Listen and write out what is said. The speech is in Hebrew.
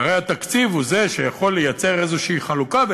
והרי התקציב הוא שיכול לייצר איזו חלוקה שהיא,